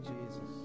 Jesus